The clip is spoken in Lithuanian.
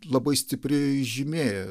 labai stipri žymė